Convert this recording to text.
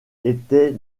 était